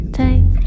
take